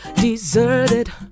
deserted